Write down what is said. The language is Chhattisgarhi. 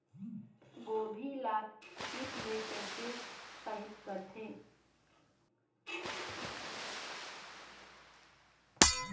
गोभी ल कीट ले कैसे सइत करथे?